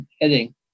heading